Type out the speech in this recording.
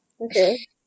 Okay